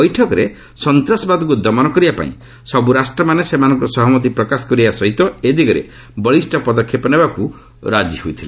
ବୈଠକରେ ସନ୍ତାସବାଦକୁ ଦମନ କରିବା ପାଇଁ ସବୁ ରାଷ୍ଟ୍ରମାନେ ସେମାନଙ୍କର ସହମତି ପ୍ରକାଶ କରିବା ସହିତ ଏ ଦିଗରେ ବଳିଷ୍ଣ ପଦକ୍ଷେପ ନେବାକୁ ରାଜି ହୋଇଥିଲେ